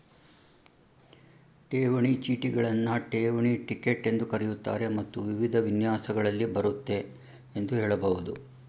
ಠೇವಣಿ ಚೀಟಿಗಳನ್ನ ಠೇವಣಿ ಟಿಕೆಟ್ ಎಂದೂ ಕರೆಯುತ್ತಾರೆ ಮತ್ತು ವಿವಿಧ ವಿನ್ಯಾಸಗಳಲ್ಲಿ ಬರುತ್ತೆ ಎಂದು ಹೇಳಬಹುದು